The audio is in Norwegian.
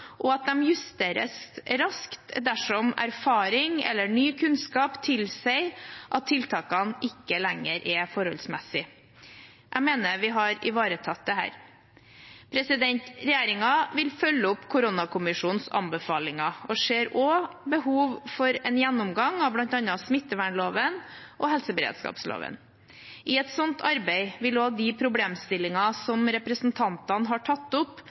og at de justeres raskt dersom erfaring eller ny kunnskap tilsier at tiltakene ikke lenger er forholdsmessige. Jeg mener vi har ivaretatt dette. Regjeringen vil følge opp koronakommisjonens anbefalinger og ser også behov for en gjennomgang av bl.a. smittevernloven og helseberedskapsloven. I et slikt arbeid vil også de problemstillinger som representantene har tatt opp,